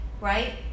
right